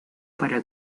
para